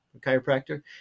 chiropractor